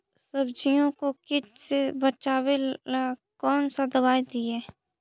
सब्जियों को किट से बचाबेला कौन सा दबाई दीए?